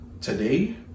today